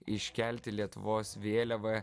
iškelti lietuvos vėliavą